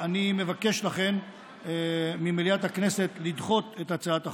לכן אני מבקש ממליאת הכנסת לדחות את הצעת החוק.